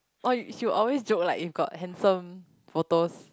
uh she will always joke like if got handsome photos